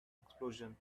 explosion